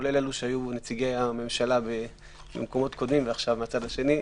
כולל אלו שהיו נציגי הממשלה במקומות קודמים ועכשיו הם בצד השני.